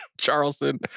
Charleston